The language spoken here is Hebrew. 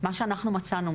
מה שאנחנו מצאנו,